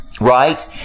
Right